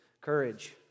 courage